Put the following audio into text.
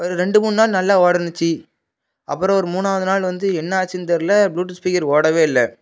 ஒரு ரெண்டு மூணுநாள் நல்லா ஓடுச்சு அப்புறம் ஒரு மூணாவது நாள் வந்து என்ன ஆச்சுன்னு தெரில ப்ளூடூத் ஸ்பீக்கர் ஓடவே இல்லை